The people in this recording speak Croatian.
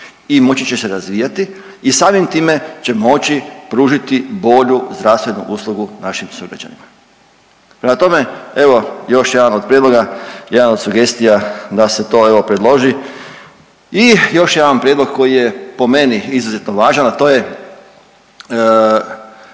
i moći će se razvijati i samim time će moći pružiti bolju zdravstvenu uslugu našim sugrađanima. Prema tome, evo još jedan od prijedloga, jedan od sugestija da se to evo predloži i još jedan prijedlog koji je po meni izuzetno važan, a to je